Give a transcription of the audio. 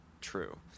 true